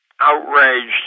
outraged